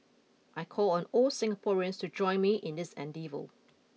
I call on all Singaporeans to join me in this endeavour